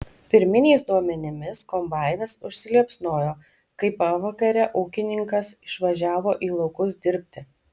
pirminiais duomenimis kombainas užsiliepsnojo kai pavakarę ūkininkas išvažiavo į laukus dirbti